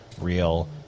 real